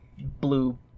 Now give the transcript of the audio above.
blue